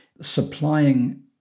supplying